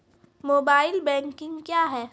Mobile banking क्या हैं?